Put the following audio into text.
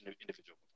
individual